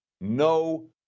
no